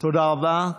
תודה רבה.